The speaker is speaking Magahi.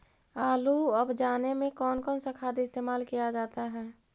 आलू अब जाने में कौन कौन सा खाद इस्तेमाल क्या जाता है?